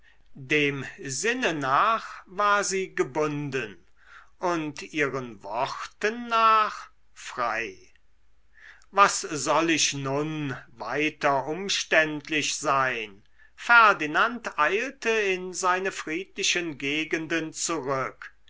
dem sinne nach war sie gebunden und ihren worten nach frei was soll ich nun weiter umständlich sein ferdinand eilte in seine friedlichen gegenden zurück